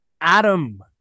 Adam